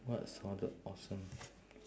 what sounded awesome